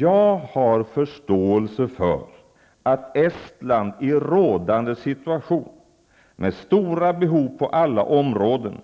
Jag har förståelse för att Estland i rådande situation med stora behov på alla områden